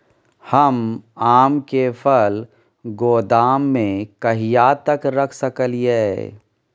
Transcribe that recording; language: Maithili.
हम आम के फल गोदाम में कहिया तक रख सकलियै?